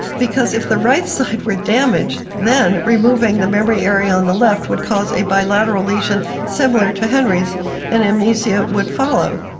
because if the right side were damaged, then removing the memory area on the left would cause a bilateral lesion similar to henry's and amnesia would follow.